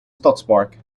stadspark